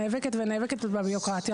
נאבקת ונאבקת בבירוקרטיה,